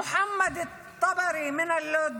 מוחמד אל טברי מלוד,